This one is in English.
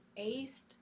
aced